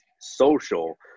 social